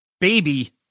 Baby